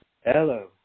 Hello